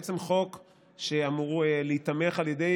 חוק שאמור להיתמך על ידי,